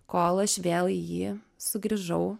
kol aš vėl į jį sugrįžau